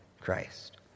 Christ